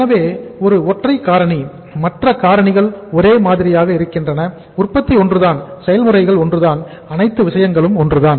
எனவே ஒரு ஒற்றை காரணி மற்ற காரணிகள் ஒரே மாதிரியாக இருக்கின்றன உற்பத்தி ஒன்றுதான் செயல்முறைகள் ஒன்றுதான் அனைத்து விஷயங்களும் ஒன்றுதான்